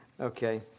Okay